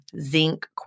zinc